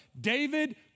David